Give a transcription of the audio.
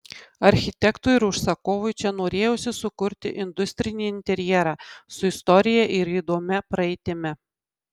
architektui ir užsakovui čia norėjosi sukurti industrinį interjerą su istorija ir įdomia praeitimi